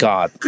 God